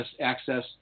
access